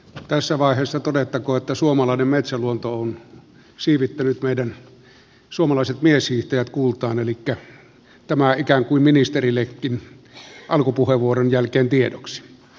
tässä vaiheessa todettakoon että suomalainen metsäluonto on siivittänyt meidän suomalaiset mieshiihtäjät kultaan elikkä tämä ikään kuin ministerillekin alkupuheenvuoron jälkeen tiedoksi